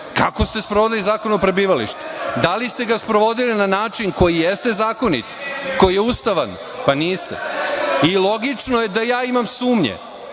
ste sprovodili Zakon o prebivalištu? Da li ste ga sprovodili na način koji jeste zakonit, koji je ustavan? Pa, niste. Logično je da ja imam sumnje,